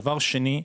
דבר שני,